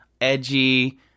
edgy